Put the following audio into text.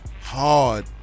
hard